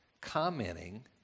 commenting